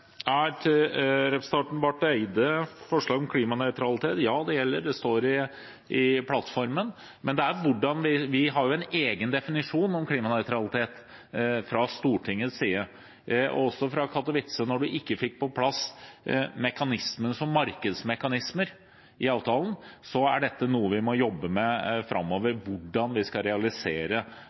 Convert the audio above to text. representanten Barth Eide, om forslag om klimanøytralitet. Ja, det gjelder, det står i plattformen. Men vi har en egen definisjon om klimanøytralitet fra Stortingets side. Og med tanke på Katowice – når man ikke fikk på plass mekanismer som markedsmekanismer i avtalen, er dette noe vi må jobbe med framover, hvordan vi skal realisere